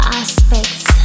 aspects